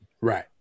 Right